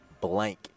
blank